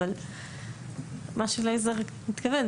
אבל מה שאליעזר מתכוון,